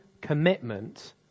commitment